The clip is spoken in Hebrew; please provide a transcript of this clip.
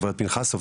הגברת פנחסוב,